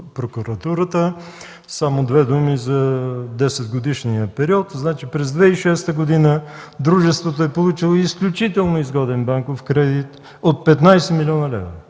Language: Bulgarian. През 2006 г. дружеството е получило изключително изгоден банков кредит от 15 млн. лв.